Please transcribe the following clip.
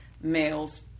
males